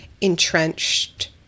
entrenched